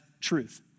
truth